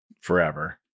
forever